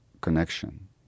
connection